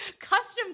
Customs